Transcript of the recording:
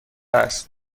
است